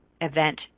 event